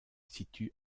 situent